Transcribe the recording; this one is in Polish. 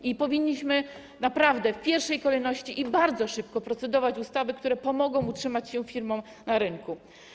I powinniśmy naprawdę w pierwszej kolejności i bardzo szybko procedować nad ustawami, które pomogą utrzymać się firmom na rynku.